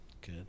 good